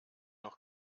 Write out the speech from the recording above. noch